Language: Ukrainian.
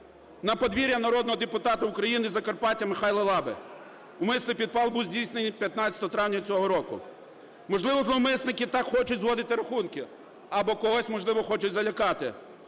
на подвір'я народного депутата України Закарпаття Михайла Лаби. Умисний підпал був здійснений 15 травня цього року. Можливо, зловмисники так хочуть зводити рахунки або когось, можливо, хочуть залякати,